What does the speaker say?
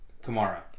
Kamara